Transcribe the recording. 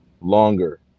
longer